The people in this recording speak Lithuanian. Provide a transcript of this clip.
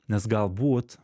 nes galbūt